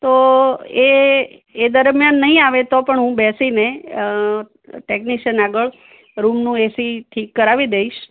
તો એ એ દરમિયાન નહી આવે તો પણ હું બેસીને ટેકનીશન આગળ રૂમનું એસી ઠીક કરાવી દઇશ